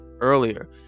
earlier